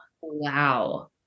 Wow